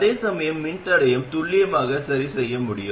அதேசமயம் மின்தடையை துல்லியமாக சரிசெய்ய முடியும்